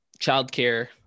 childcare